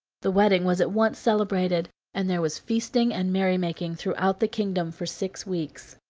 the wedding was at once celebrated and there was feasting and merry-making throughout the kingdom for six weeks.